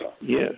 Yes